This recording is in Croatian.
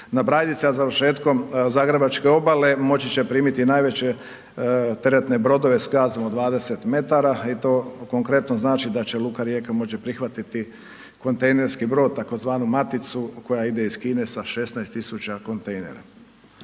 na Brajdici, a završetkom Zagrebačke obale moći će primiti najveće teretne brodove s gazom od 20 m i to konkretno znači da će luka Rijeka moći prihvatiti kontejnerski brod, tzv. maticu koja ide iz Kine sa 16 tisuća kontejnera.